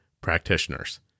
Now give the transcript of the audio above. practitioners